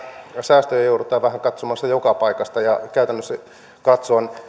säästöjä joudutaan katsomaan vähän joka paikasta ja käytännöllisesti katsoen